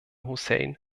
hussein